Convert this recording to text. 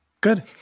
Good